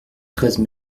treize